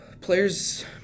players